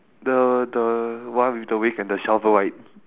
the the one with the brick and the shovel right